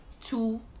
two